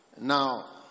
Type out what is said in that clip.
Now